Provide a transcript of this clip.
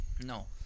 No